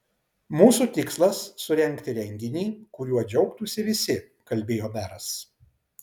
mūsų tikslas surengti renginį kuriuo džiaugtųsi visi kalbėjo meras